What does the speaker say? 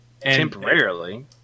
Temporarily